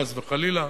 חס וחלילה,